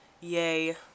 yay